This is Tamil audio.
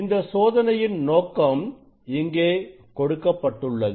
இந்த சோதனையின் நோக்கம் இங்கே கொடுக்கப்பட்டுள்ளது